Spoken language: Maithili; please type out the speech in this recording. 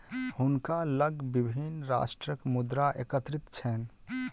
हुनका लग विभिन्न राष्ट्रक मुद्रा एकत्रित छैन